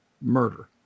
murder